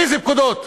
איזה פקודות?